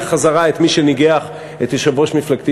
חזרה את מי שניגח את יושב-ראש מפלגתי,